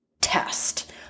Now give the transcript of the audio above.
test